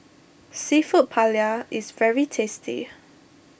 Seafood Paella is very tasty